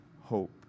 hope